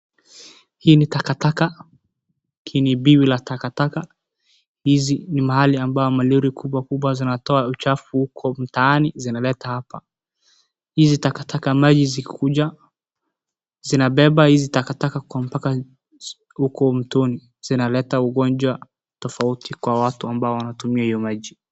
Hii ni takataka , hili ni biwi la takataka hizi ni mahali ambao malori kubwa kibwa zinatoa uchafu huko mtaani zinaleta hapa , hizi takataka maji zikikuja zinabeba hizi takataka mpaka huko mtoni zinaleta ugonjwa tofauti kwa watu ambao wanatumia hiyo maji .